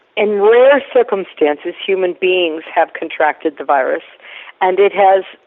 in rare circumstances human beings have contracted the virus and it has,